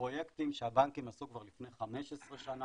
פרויקטים שהבנקים עשו כבר לפני 15 שנה,